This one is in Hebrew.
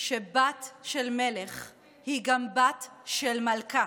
שבת של מלך היא גם בת של מלכה,